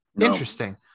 Interesting